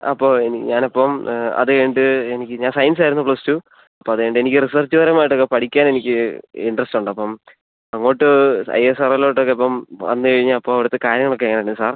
അപ്പോൾ ഇനി ഞാൻ ഇപ്പം അത് കഴിഞ്ഞിട്ട് എനിക്ക് ഞാൻ സയൻസ് ആയിരുന്നു പ്ലസ് ടു അപ്പോൾ അത് കഴിഞ്ഞിട്ട് എനിക്ക് റിസർച്ച് പരമായിട്ട് ഒക്കെ പഠിക്കാൻ എനിക്ക് ഇൻ്ററസ്റ്റ് ഉണ്ട് അപ്പം അങ്ങോട്ട് ഐ എസ് ആർ ഓയിലോട്ട് ഒക്കെ ഇപ്പം വന്ന് കഴിഞ്ഞാൽ അപ്പോൾ അവിടുത്തെ കാര്യങ്ങൾ ഒക്കെ എങ്ങനെ ആണ് സാർ